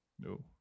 No